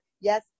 Yes